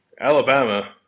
Alabama